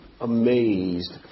amazed